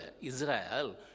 Israel